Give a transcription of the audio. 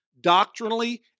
doctrinally